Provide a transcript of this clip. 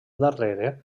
darrere